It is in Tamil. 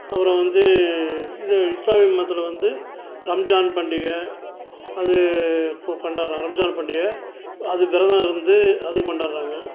அப்புறம் வந்து இது இஸ்லாமிய மதத்தில் வந்து ரம்ஜான் பண்டிகை அது கொ கொண்டாடுறாங் ரம்ஜான் பண்டிகை அது விரதம் இருந்து அதுவும் கொண்டாடுறாங்க